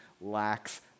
lacks